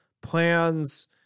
plans